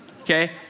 Okay